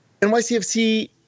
nycfc